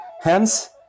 Hence